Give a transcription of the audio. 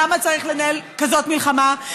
למה צריך לנהל כזאת מלחמה?